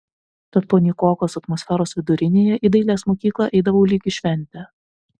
tad po nykokos atmosferos vidurinėje į dailės mokyklą eidavau lyg į šventę